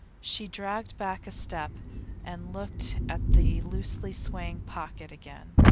she dragged back a step and looked at the loosely swaying pocket again.